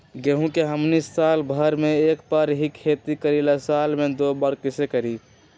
गेंहू के हमनी साल भर मे एक बार ही खेती करीला साल में दो बार कैसे करी?